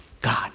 God